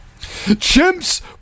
Chimps